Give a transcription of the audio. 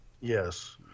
yes